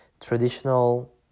traditional